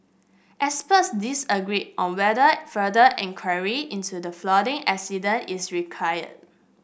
experts disagreed on whether further inquiry into the flooding accident is required